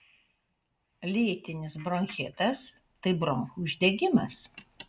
lėtinis bronchitas tai bronchų uždegimas